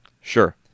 Sure